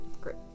Great